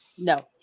No